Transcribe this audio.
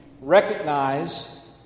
recognize